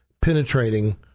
penetrating